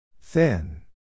thin